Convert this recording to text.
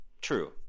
True